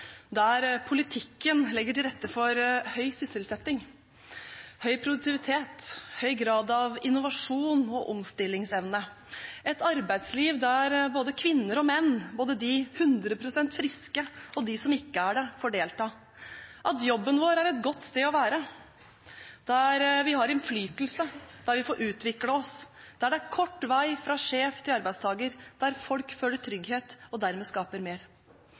der politikken legger til rette for høy sysselsetting, høy produktivitet, høy grad av innovasjon og omstillingsevne, og at vi skal ha et arbeidsliv der både kvinner og menn og både de som er 100 pst. friske, og de som ikke er det, får delta. Vi er opptatt av at jobben vår skal være et godt sted å være, der vi har innflytelse, der vi får utvikle oss, der det er kort vei fra sjef til arbeidstaker, og der folk føler